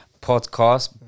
podcast